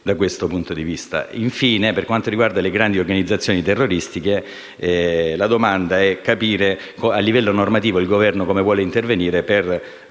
Infine, per quanto riguarda le grandi organizzazioni terroristiche, vogliamo capire a livello normativo come il Governo vuole intervenire per